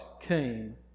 came